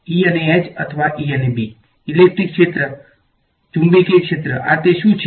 E અને H અથવા E અને B ઇલેક્ટ્રિક ક્ષેત્ર ચુંબકીય ક્ષેત્ર આ તે શુ છે